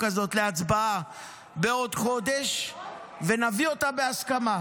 הזאת להצבעה בעוד חודש ונביא אותה בהסכמה.